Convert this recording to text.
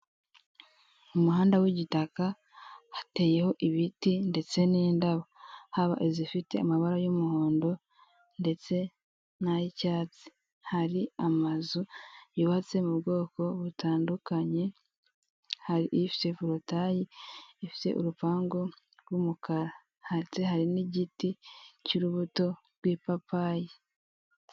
Umuhanda w'igitaka, hateyeho ibiti ndetse n'indabo, haba izifite amabara y'umuhondo ndetse n'ay'icyatsi. Hari amazu yubatse mu bwoko butandukanye, hari ifite porotayi ifite urupangu rw'umukara. Hanze hari n'igiti cy'urubuto rw'ipapayi.